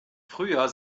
frühjahr